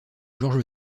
george